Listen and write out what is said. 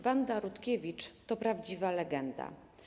Wanda Rutkiewicz to prawdziwa legenda.